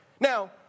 Now